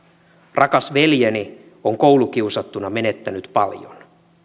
rakas veljeni on koulukiusattuna menettänyt paljon